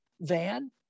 van